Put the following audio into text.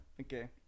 Okay